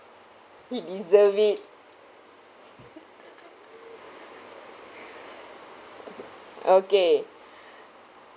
he deserved it okay